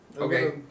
Okay